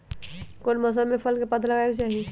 कौन मौसम में फल के पौधा लगाबे के चाहि?